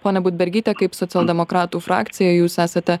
ponia budbergyte kaip socialdemokratų frakcija jūs esate